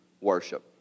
worship